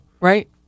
right